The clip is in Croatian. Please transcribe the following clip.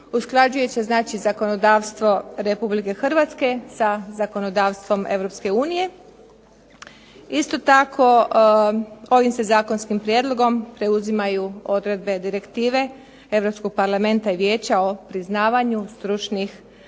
usklađuje se znači zakonodavstvo Republike Hrvatske sa zakonodavstvom Europske unije, isto tako ovim se zakonskim prijedlogom preuzimaju odredbe direktive Europskog Parlamenta i Vijeća o priznavanju stručnih